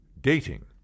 dating